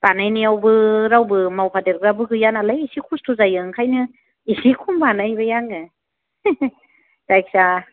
बानायनायावबो रावबो मावफादेरग्राबो गैया नालाय एसे खस्थ' जायो ओंखायनो एसे खम बानायबाय आङो जायखिजाया